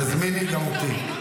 תזמיני גם אותי.